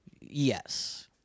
Yes